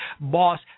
Boss